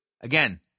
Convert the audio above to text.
Again